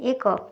ଏକ